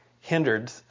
hindered